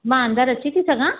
मां अंदरि अचीती सघां